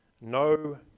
no